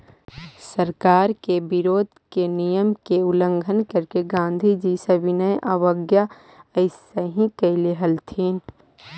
सरकार के विरोध में नियम के उल्लंघन करके गांधीजी सविनय अवज्ञा अइसही कैले हलथिन